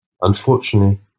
Unfortunately